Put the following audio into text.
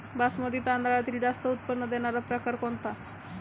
बासमती तांदळातील जास्त उत्पन्न देणारा प्रकार कोणता?